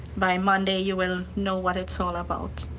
by monday you will know what it's all about.